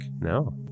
No